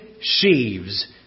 sheaves